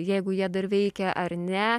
jeigu jie dar veikia ar ne